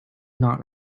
not